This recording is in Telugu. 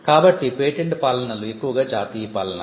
కాబట్టి పేటెంట్ పాలనలు ఎక్కువగా జాతీయ పాలనలే